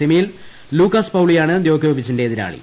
സെമിയിൽ ലൂക്കാസ് പൌളിയ്കാണ് ദ്യോക്കോവിച്ചിന്റെ എതിരാളി